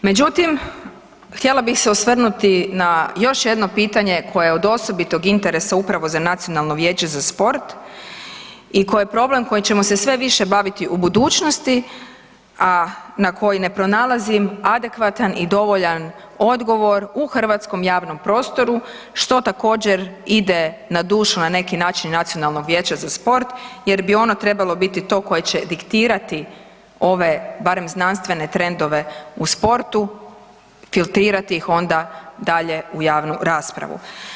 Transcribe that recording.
Međutim htjela bi se osvrnuti na još jedno pitanje koje je osobitog interesa upravo za Nacionalno vijeće za sport i koji je problem kojim ćemo se sve više u budućnosti a na koji ne pronalazim adekvatan i dovoljan odgovor u hrvatskom javnom prostoru što također ide na dušu na neki način Nacionalnoga vijeća za sport jer bi ono trebalo biti to koje će diktirate ove barem znanstvene trendove u sportu, filtrirati ih onda dalje u javnu raspravu.